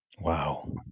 Wow